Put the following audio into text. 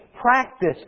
practice